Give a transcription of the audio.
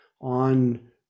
on